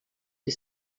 que